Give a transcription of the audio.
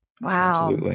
Wow